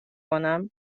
کنم